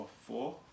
four